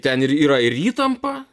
ten ir yra ir įtampa